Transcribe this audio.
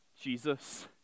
Jesus